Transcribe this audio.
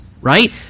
right